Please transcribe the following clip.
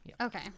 Okay